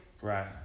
Right